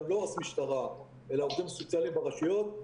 הם לא עו"ס משטרה אלא עובדים סוציאליים ברשויות.